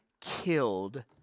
killed